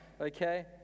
okay